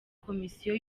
komisiyo